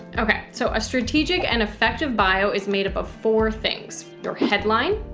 okay? so a strategic and effective bio is made up of four things. your headline,